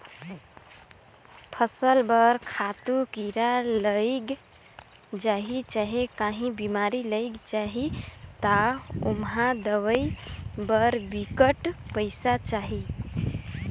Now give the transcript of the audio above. फसल बर खातू, कीरा लइग जाही चहे काहीं बेमारी लइग जाही ता ओम्हां दवई बर बिकट पइसा चाही